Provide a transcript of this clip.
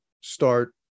start